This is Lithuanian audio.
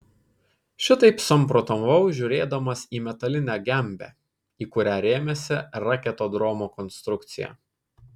šitaip samprotavau žiūrėdamas į metalinę gembę į kurią rėmėsi raketodromo konstrukcija